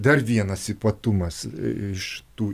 dar vienas ypatumas iš tų